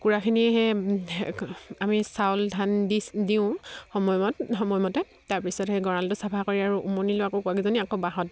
কুকুৰাখিনি সেই আমি চাউল ধান দিচ দিওঁ সময়মত সময়মতে তাৰপিছত সেই গঁৰালটো চাফা কৰি আৰু উমনি লোৱা কুকুৰাকেইজনী আকৌ বাঁহত